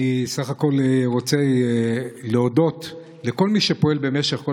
אני בסך הכול רוצה להודות לכל מי שפועל במשך כל